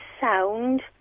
sound